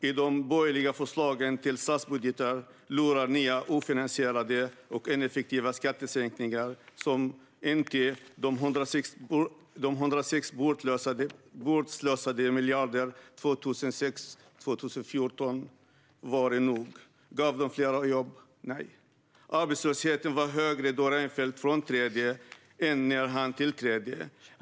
I de borgerliga förslagen till statsbudgetar lurar nya ofinansierade och ineffektiva skattesänkningar, som om inte de 160 bortslösade miljarderna 2006-2014 vore nog. Gav de fler jobb? Nej, arbetslösheten var högre då Reinfeldt frånträdde än när han tillträdde.